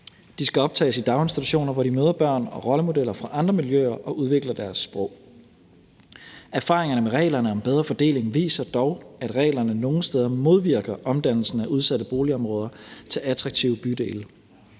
De skal optages i daginstitutioner, hvor de møder børn og rollemodeller fra andre miljøer og udvikler deres sprog. Erfaringerne med reglerne om en bedre fordeling viser dog, at reglerne nogle steder modvirker omdannelsen af udsatte boligområder til attraktive bydele.